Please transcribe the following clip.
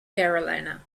carolina